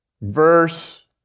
verse